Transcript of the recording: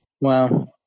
Wow